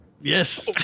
Yes